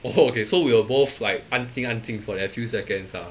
oh okay so we are both like 安静安静 for that few seconds ah